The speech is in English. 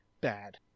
bad